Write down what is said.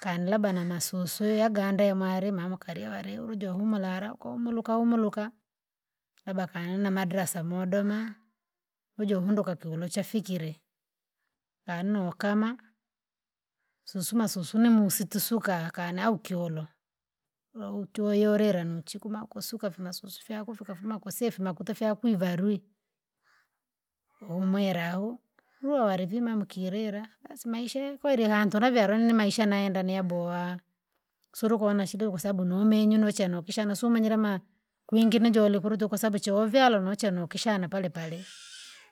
Kani labda namasuswi yagande yamwalima amakarya ware ujo humura ara ukahumuruka humuruka, labda kali na madrasa modoma, ujo hunduka kiolo chafikire. Kana ukama, susuma susu nimusi tisuka kana ukiolo, louchoyoulila nuchiku makusuka fimasusu fyako vikafuma kusefu makuta fya kuivarwi, umwira au, viwale vimamumkilila, basi maisha yakweli hantu navyal nimaisha nayenda niyabowa! Surukuona shida kwasababu numenye nochanukisha nasumanyira ma, kwingine jole kulijo kwasabu chovyalwa noche nokishana palepale,